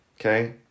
okay